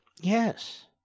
Yes